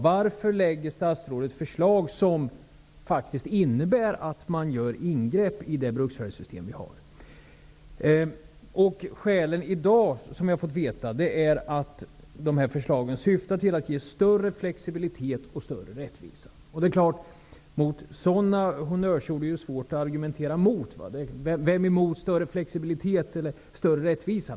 Varför lägger statsrådet fram förslag som faktiskt innebär att man gör ingrepp i det bruksvärdessystem som vi har? Skälen är, som jag i dag har fått veta, att dessa förslag syftar till att ge större flexibilitet och rättvisa. Det är klart att det är svårt att argumentera mot sådana honnörsord. Vem är emot större flexibilitet eller större rättvisa?